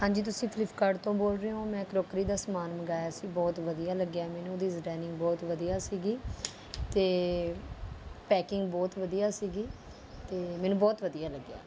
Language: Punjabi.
ਹਾਂਜੀ ਤੁਸੀਂ ਫਲਿੱਪਕਾਰਟ ਤੋਂ ਬੋਲ ਰਹੇ ਹੋ ਮੈਂ ਕਰੋਕਰੀ ਦਾ ਸਮਾਨ ਮੰਗਾਇਆ ਸੀ ਬਹੁਤ ਵਧੀਆ ਲੱਗਿਆ ਮੈਨੂੰ ਉਹਦੀ ਡਿਜ਼ਾਈਨਿੰਗ ਬਹੁਤ ਵਧੀਆ ਸੀਗੀ ਅਤੇ ਪੈਕਿੰਗ ਬਹੁਤ ਵਧੀਆ ਸੀਗੀ ਅਤੇ ਮੈਨੂੰ ਬਹੁਤ ਵਧੀਆ ਲੱਗਿਆ